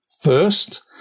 first